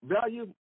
value